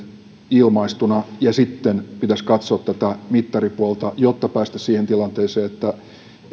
ilmaistuina ja sitten pitäisi katsoa tätä mittaripuolta jotta päästäisiin siihen tilanteeseen